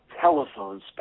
telephone